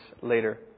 later